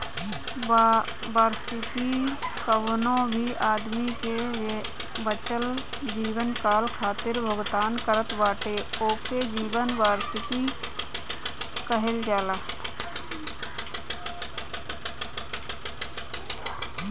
वार्षिकी कवनो भी आदमी के बचल जीवनकाल खातिर भुगतान करत बाटे ओके जीवन वार्षिकी कहल जाला